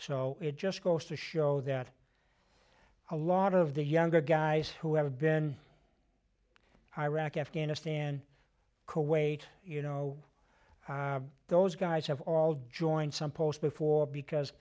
so it just goes to show that a lot of the younger guys who have been iraq afghanistan kuwait you know those guys have all joined some post before because